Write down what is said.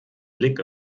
blick